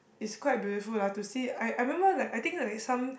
it's quite beautiful lah to see I I remember like I think like some